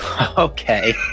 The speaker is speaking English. okay